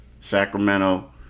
Sacramento